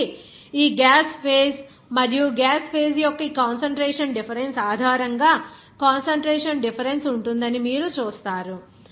కాబట్టి ఈ gas phase మరియు గ్యాస్ ఫేజ్ యొక్క కాన్సంట్రేషన్ డిఫరెన్స్ ఆధారంగా కాన్సంట్రేషన్ డిఫరెన్స్ ఉంటుందని మీరు చూస్తారు